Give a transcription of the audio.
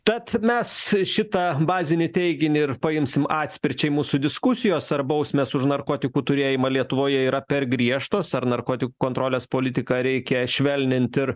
tad mes šitą bazinį teiginį ir paimsim atspirčiai mūsų diskusijos ar bausmės už narkotikų turėjimą lietuvoje yra per griežtos ar narkotikų kontrolės politiką reikia švelninti ir